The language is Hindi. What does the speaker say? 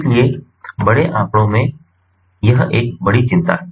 इसलिए बिग डेटा में यह एक बड़ी चिंता है